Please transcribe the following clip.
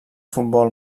futbol